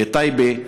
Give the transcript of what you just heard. בטייבה.